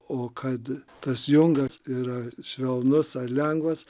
o kad tas jungas yra švelnus lengvas